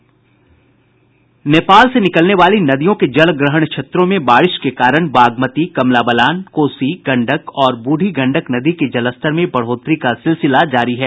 नेपाल से निकलने वाली नदियों के जलग्रहण क्षेत्रों में बारिश के कारण बागमती कमला बलान कोसी गंडक और बूढ़ी गंडक नदी के जलस्तर में बढ़ोतरी का सिलसिला जारी है